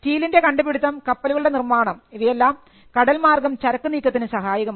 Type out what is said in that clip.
സ്റ്റീലിൻറെ കണ്ടുപിടിത്തം കപ്പലുകളുടെ നിർമ്മാണം ഇവയെല്ലാം കടൽമാർഗം ചരക്കു നീക്കത്തിന് സഹായകമായി